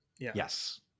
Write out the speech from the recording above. Yes